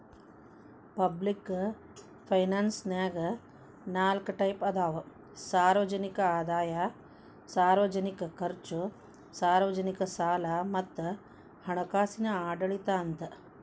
public ಫೈನಾನ್ಸನ್ಯಾಗ ನಾಲ್ಕ್ type ಅದಾವ ಸಾರ್ವಜನಿಕ ಆದಾಯ ಸಾರ್ವಜನಿಕ ಖರ್ಚು ಸಾರ್ವಜನಿಕ ಸಾಲ ಮತ್ತ ಹಣಕಾಸಿನ ಆಡಳಿತ ಅಂತ